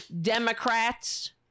Democrats